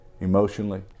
emotionally